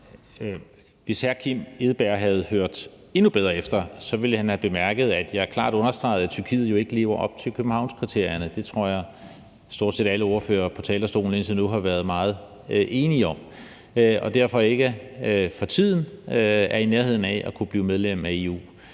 Hvis hr. Kim Edberg Andersen havde hørt endnu bedre efter, ville han have bemærket, at jeg klart understregede, at Tyrkiet jo ikke lever op til Københavnskriterierne – det tror jeg stort alle ordførere på talerstolen indtil nu har været meget enige om – og derfor ikke for tiden er i nærheden af at kunne blive medlem af EU.